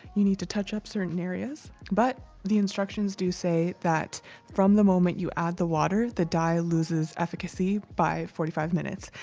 you need to touch up certain areas, but the instructions do say that from the moment you add the water the dye loses efficacy by forty five minutes.